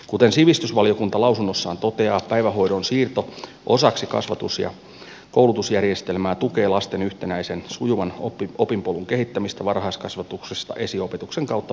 kuten sivistysvaliokunta lausunnossaan toteaa päivähoidon siirto osaksi kasvatus ja koulutusjärjestelmää tukee lasten yhtenäisen sujuvan opinpolun kehittämistä varhaiskasvatuksesta esiopetuksen kautta perusopetukseen